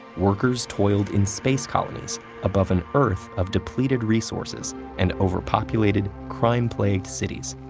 workers toiled in space colonies above an earth of depleted resources and overpopulated, crime-plagued cities.